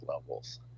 levels